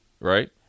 right